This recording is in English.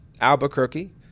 Albuquerque